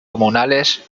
comunales